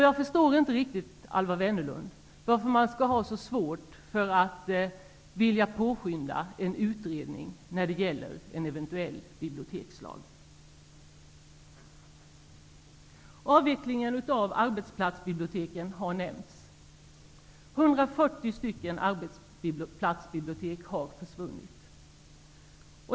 Jag förstår inte riktigt, Alwa Wennerlund, varför man skall ha så svårt att vilja påskynda en utredning om en eventuell bibliotekslag. Avvecklingen av arbetsplatsbiblioteken har nämnts. 140 stycken arbetsplatsbibliotek har försvunnit.